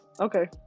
Okay